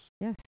Yes